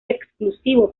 exclusivo